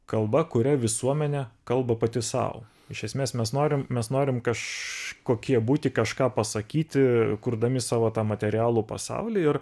kalba kuria visuomenė kalba pati sau iš esmės mes norim mes norim kažkokie būti kažką pasakyti kurdami savo tą materialų pasaulį ir